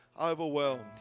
overwhelmed